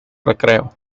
recreo